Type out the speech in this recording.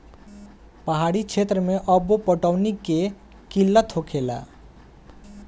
पहाड़ी क्षेत्र मे अब्बो पटौनी के किल्लत होखेला